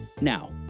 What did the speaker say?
Now